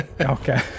Okay